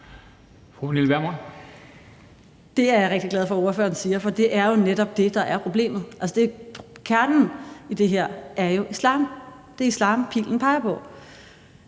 Det er jeg rigtig glad for at ordføreren siger, for det er jo netop det, der er problemet. Altså, kernen i det her er jo islam; det er islam, pilen peger på.